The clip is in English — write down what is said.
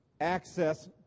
access